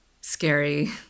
scary